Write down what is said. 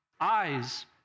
eyes